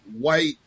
white